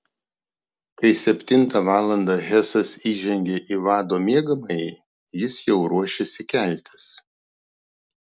kai septintą valandą hesas įžengė į vado miegamąjį jis jau ruošėsi keltis